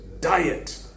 diet